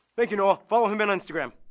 thank you, noah. follow him on instagram.